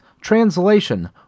translation